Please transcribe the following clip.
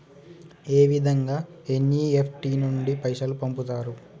ఏ విధంగా ఎన్.ఇ.ఎఫ్.టి నుండి పైసలు పంపుతరు?